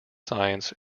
science